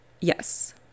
Yes